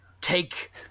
take